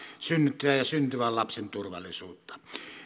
synnyttäjän ja syntyvän lapsen turvallisuutta